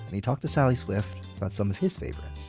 and he talked to sally swift about some of his favorites